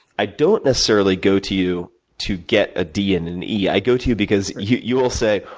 i don't necessarily go to you to get a d and an e. i go to you, because you you will say,